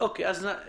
לפני.